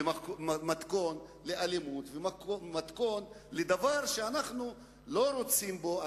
מתכון לאלימות ומתכון לדבר שאנחנו לא רוצים בו.